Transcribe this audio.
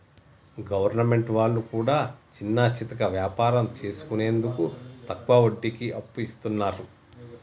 government వాళ్లు కూడా చిన్నాచితక వ్యాపారం చేసుకునేందుకు తక్కువ వడ్డీకి అప్పు ఇస్తున్నరు